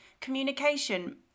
communication